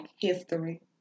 history